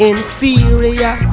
Inferior